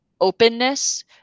openness